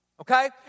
okay